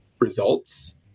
results